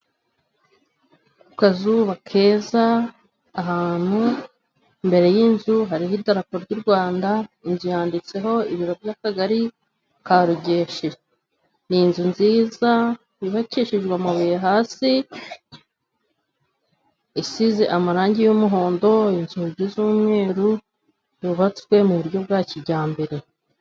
Ku kazuba keza ahantu imbere y'inzu, hariho idarapo ry'u Rwanda inzu handitseho ibiro by'akagari ka Rugeshi, ni inzu nziza yubakishijwe amabuye hasi, isize amarangi y'umuhondo, inzugi z'umweru, zubatswe mu buryo bwa kijyambere.